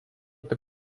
tik